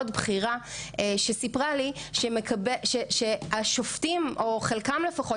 בכירה שסיפרה לי שהשופטים או חלקם לפחות,